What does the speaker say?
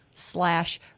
slash